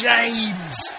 James